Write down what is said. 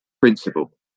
principle